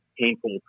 painful